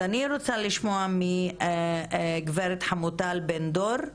אני רוצה לשמוע מגברת חמוטל בן דור,